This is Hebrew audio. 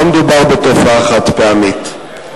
לא מדובר בתופעה חד-פעמית,